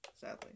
sadly